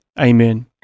Amen